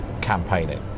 campaigning